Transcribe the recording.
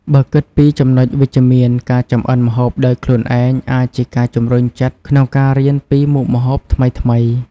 បើគិតពីចំណុចវិជ្ជមាន ការចម្អិនម្ហូបដោយខ្លួនឯងអាចជាការជម្រុញចិត្តក្នុងការរៀនពីមុខម្ហូបថ្មីៗ។